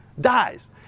dies